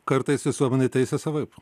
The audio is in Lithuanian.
kartais visuomenė teisia savaip